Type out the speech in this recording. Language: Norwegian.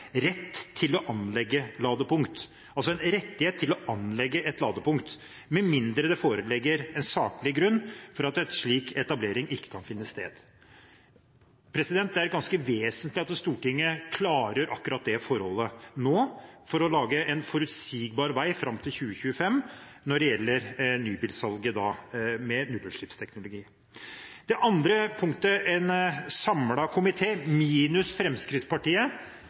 en rettighet til å anlegge et ladepunkt, med mindre det foreligger en saklig grunn for at slik etablering ikke kan finne sted. Det er ganske vesentlig at Stortinget avklarer akkurat dette forholdet nå for å lage en forutsigbar vei fram til 2025 når det gjelder nybilsalget med nullutslippsteknologi. Det andre punktet som en samlet komité minus Fremskrittspartiet